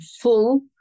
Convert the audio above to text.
full